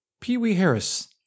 Pee-wee-Harris